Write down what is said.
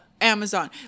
Amazon